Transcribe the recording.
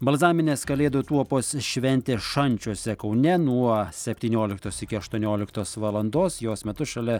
balzaminės kalėdų tuopos šventė šančiuose kaune nuo septynioliktos iki aštuonioliktos valandos jos metu šalia